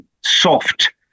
soft